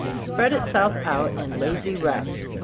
spread itself out in lazy rest,